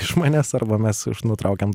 iš manęs arba mes nutraukiam